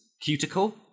cuticle